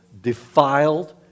defiled